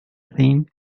thin